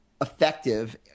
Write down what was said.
effective